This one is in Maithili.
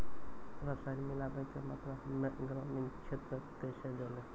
रसायन मिलाबै के मात्रा हम्मे ग्रामीण क्षेत्रक कैसे जानै?